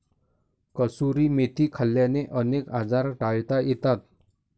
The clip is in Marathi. कसुरी मेथी खाल्ल्याने अनेक आजार टाळता येतात